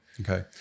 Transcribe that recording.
okay